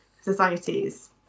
societies